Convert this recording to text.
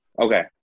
Okay